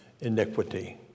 iniquity